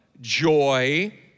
joy